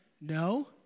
no